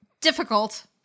difficult